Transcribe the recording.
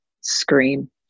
scream